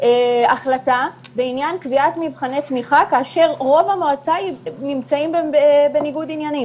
החלטה בעניין קביעת מבחני תמיכה כאשר רוב המועצה נמצאים בניגוד עניינים.